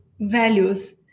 values